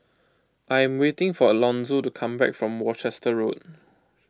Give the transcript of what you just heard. I am waiting for Alonzo to come back from Worcester Road